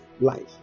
life